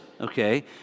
okay